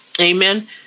Amen